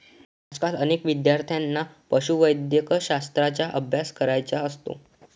आजकाल अनेक विद्यार्थ्यांना पशुवैद्यकशास्त्राचा अभ्यास करायचा असतो